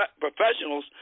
professionals